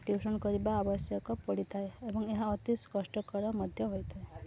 tuition କରିବା ଆବଶ୍ୟକ ପଡ଼ିଥାଏ ଏବଂ ଏହା ଅତି କଷ୍ଟକର ମଧ୍ୟ ହୋଇଥାଏ